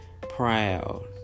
proud